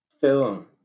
film